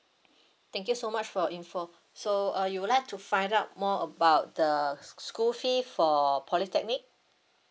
thank you so much for your info so uh you would like to find out more about the school fee for polytechnic